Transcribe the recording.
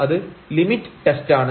അത് ലിമിറ്റ് ടെസ്റ്റാണ്